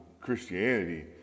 Christianity